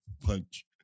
Punch